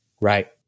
right